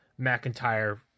mcintyre